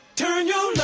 turn your